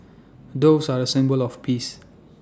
doves are A symbol of peace